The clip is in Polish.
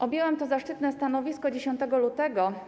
Objęłam to zaszczytne stanowisko 10 lutego.